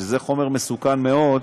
שזה חומר מסוכן מאוד,